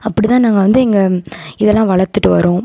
அப்படிதான் நாங்கள் வந்து எங்கள் இதெல்லாம் வளர்த்துட்டு வரோம்